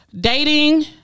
dating